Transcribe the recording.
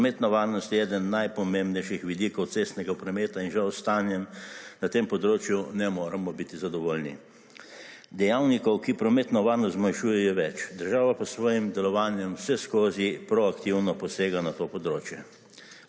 Prometna varnost je eden najpomembnejših vidikov cestnega prometa in žal s tem stanjem na tem področju ne moremo biti zadovoljni. Dejavnikov, ki prometno varnost zmanjšujejo je več. Država s svojim delovanjem vseskozi proaktivno posega na to področje.